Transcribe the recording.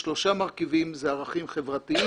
יש שלושה מרכיבים: ערכים חברתיים,